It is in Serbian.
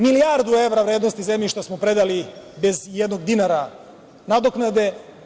Milijardu evra vrednosti zemljišta smo predali bez ijednog dinara nadoknade.